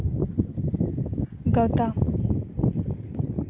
ᱜᱟᱶᱛᱟ